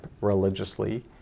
religiously